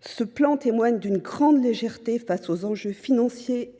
Ce plan témoigne de la grande légèreté du Gouvernement face aux enjeux financiers